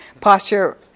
Posture